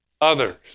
others